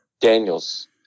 Daniels